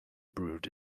brewed